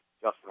Justin